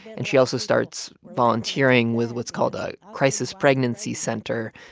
and she also starts volunteering with what's called a crisis pregnancy center.